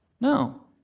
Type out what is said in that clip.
No